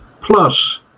Plus